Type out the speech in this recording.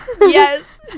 yes